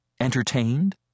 Entertained